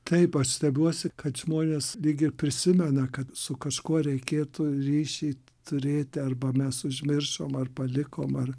taip aš stebiuosi kad žmonės lyg ir prisimena kad su kažkuo reikėtų ryšį turėti arba mes užmiršom ar palikom ar